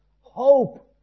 hope